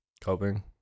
coping